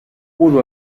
pudo